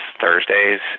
Thursdays